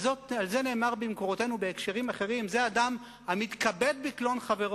על זה נאמר במקורותינו בהקשרים אחרים: זה אדם המתכבד בקלון חברו.